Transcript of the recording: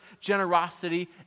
generosity